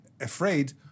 afraid